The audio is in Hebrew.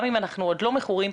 גם אם אנחנו עוד לא מכורים,